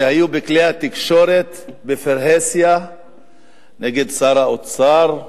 שהיו בכלי התקשורת בפרהסיה נגד שר האוצר,